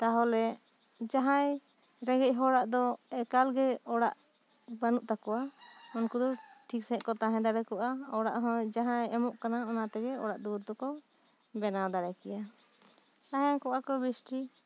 ᱛᱟᱦᱚᱞᱮ ᱡᱟᱦᱟᱸᱭ ᱨᱮᱸᱜᱮᱡ ᱦᱚᱲᱟᱜ ᱫᱚ ᱮᱠᱟᱞ ᱜᱮ ᱚᱲᱟᱜ ᱵᱟᱹᱱᱩᱜ ᱛᱟᱠᱚᱣᱟ ᱩᱱᱠᱩ ᱫᱚ ᱴᱷᱤᱠ ᱥᱟᱺᱦᱤᱡ ᱠᱚ ᱛᱟᱦᱮᱸ ᱫᱟᱲᱮᱠᱚᱜᱼᱟ ᱚᱲᱟᱜ ᱦᱚᱸ ᱡᱟᱦᱟᱸᱭ ᱮᱢᱚᱜ ᱠᱟᱱᱟᱭ ᱚᱱᱟ ᱛᱮᱜᱮ ᱚᱲᱟᱜ ᱫᱩᱣᱟᱹᱨ ᱫᱚᱠᱚ ᱵᱮᱱᱟᱣ ᱫᱟᱲᱮᱠᱮᱭᱟ ᱛᱟᱦᱮᱸ ᱠᱚᱜ ᱟ ᱠᱚ ᱵᱮᱥ ᱴᱷᱤᱠ